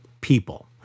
people